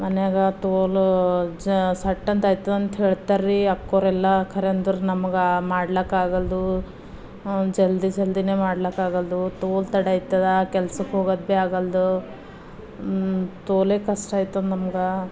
ಮನ್ಯಾಗ ತೋಲ ಸಟ್ ಅಂತ ಆಯ್ತಂತ ಹೇಳ್ತಾರ ರೀ ಅಕ್ಕವ್ರೆಲ್ಲ ಖರೆಯಂದ್ರೆ ನಮಗೆ ಮಾಡ್ಲಕ್ಕಾಗಲ್ದು ಜಲ್ದಿ ಜಲ್ದಿನೇ ಮಾಡ್ಲಕ್ಕಾಗಲ್ದು ತೋಲ್ ತಡ ಆಯ್ತದ ಕೆಲ್ಸಕ್ಕೆ ಹೋಗೋಕೆ ಭೀ ಆಗಲ್ದು ತೋಲೆ ಕಷ್ಟ ಆಯ್ತದ ನಮ್ಗೆ